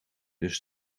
dus